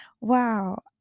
Wow